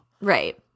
Right